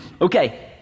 Okay